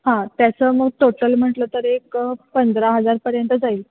हां त्याचं मग टोटल म्हटलं तर एक पंधरा हजारपर्यंत जाईल